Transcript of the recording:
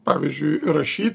pavyzdžiui rašyt